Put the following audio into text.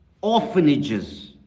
orphanages